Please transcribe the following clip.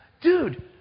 dude